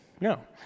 No